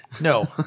no